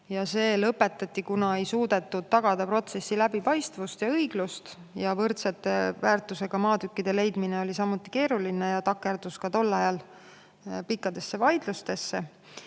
See lõpetati, kuna ei suudetud tagada protsessi läbipaistvust ja õiglust ning võrdse väärtusega maatükkide leidmine oli keeruline ja takerdus ka tol ajal pikkadesse vaidlustesse.